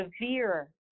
severe